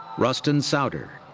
ruston souder.